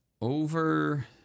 Over